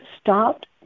stopped